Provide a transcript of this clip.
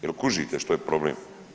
Jel' kužite što je problem?